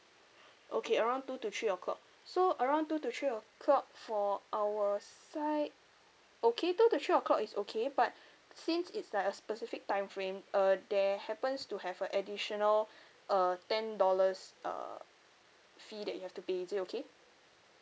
okay around two to three o'clock so around two to three o'clock for our side okay two to three o'clock is okay but since it's like a specific time frame uh there happens to have a additional uh ten dollars uh fee that you have to pay is it okay